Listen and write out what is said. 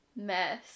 mess